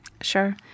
Sure